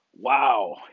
wow